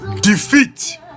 defeat